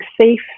safe